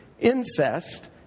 incest